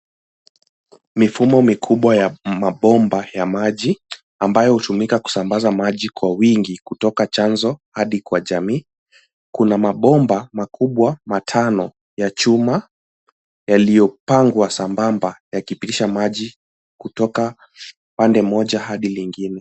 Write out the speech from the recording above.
Mifumo mikubwa ya mabomba ya maji ambayo hutumika kusambaza maji kwa wingi kutoka chanzo hadi kwa jamii kuna mabomba makubwa matano ya chuma yaliopangwa sambamba yakipitisha maji kutoka pande moja hadi lingine.